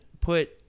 put